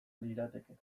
lirateke